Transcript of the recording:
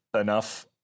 enough